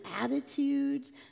attitudes